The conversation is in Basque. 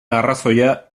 arrazoia